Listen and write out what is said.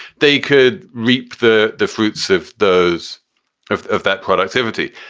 they could reap the the fruits of those of of that productivity.